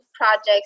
projects